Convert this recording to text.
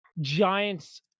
Giants